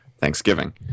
Thanksgiving